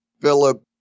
Philip